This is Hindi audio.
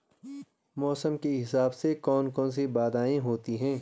मौसम के हिसाब से कौन कौन सी बाधाएं होती हैं?